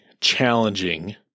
challenging